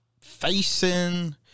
facing